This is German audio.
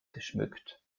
geschmückt